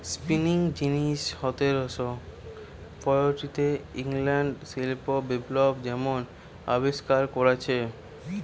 spinning যিনি সতেরশ পয়ষট্টিতে ইংল্যান্ডে শিল্প বিপ্লবের সময় আবিষ্কার কোরেছে